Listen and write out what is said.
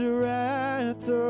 wrath